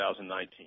2019